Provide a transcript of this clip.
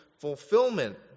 fulfillment